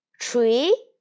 Tree